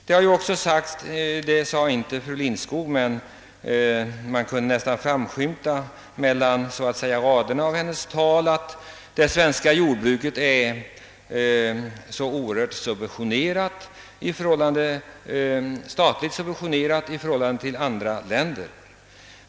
Det har också sagts — detta sade inte fru Lindskog men det framskymtade så att säga mellan raderna i hennes anförande — att det svenska jordbruket är så oerhört subventionerat av staten i jämförelse med andra länder.